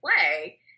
play